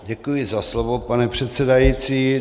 Děkuji za slovo, pane předsedající.